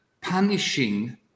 punishing